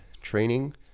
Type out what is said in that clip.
training